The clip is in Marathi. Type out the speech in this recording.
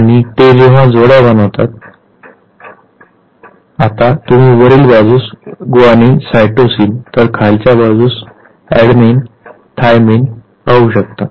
आणि ते जेव्हा जोड्या बनवतात आता तुम्ही वरील बाजूस ग्वानिन सायटोसिन तर खालच्या बाजूस अॅडेनाईन थायमाइन पाहू शकता